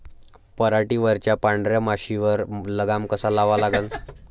पराटीवरच्या पांढऱ्या माशीवर लगाम कसा लावा लागन?